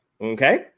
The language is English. Okay